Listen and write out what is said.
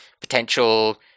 potential